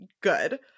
good